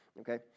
Okay